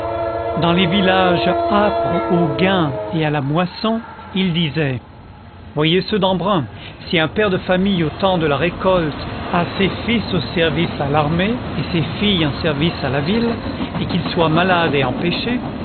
dans les villages âpres au gain et à la moisson il disait voyez ceux d'embrun si un père de famille au temps de la récolte a ses fils au service à l'armée et ses filles en service à la ville et qu'il soit malade et empêché